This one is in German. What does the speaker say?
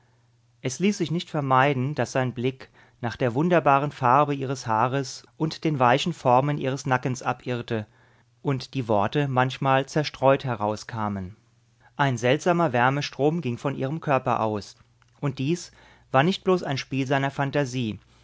es ließ sich nicht vermeiden daß sein blick nach der wunderbaren farbe ihres haares und den weichen formen des nackens abirrte und die worte manchmal zerstreut herauskamen ein seltsamer wärmestrom ging von ihrem körper aus und dies war nicht bloß ein spiel seiner phantasie